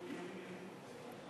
להצבעה.